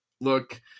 Look